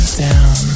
down